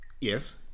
Yes